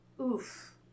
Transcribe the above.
Oof